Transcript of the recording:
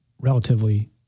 relatively